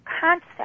concept